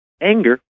anger